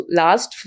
last